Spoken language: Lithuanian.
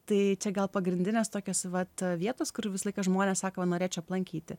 tai čia gal pagrindinės tokios vat vietas kur visą laiką žmonės sako norėčiau aplankyti